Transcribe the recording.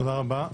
תודה רבה.